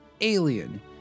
Alien